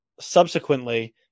subsequently